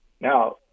Now